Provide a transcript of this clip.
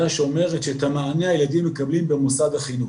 שאומרת שאת המענה הילדים מקבלים במוסד החינוך.